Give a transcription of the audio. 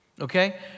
Okay